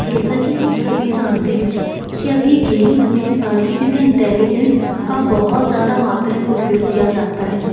जैसा कि हम सभी ज़ानते हैं कि अभी गेम्स में आर्टिफिसिया इंटेलिजेंस का बहुत ज़्यादा मात्रे में उपयोग किया ज़ाता है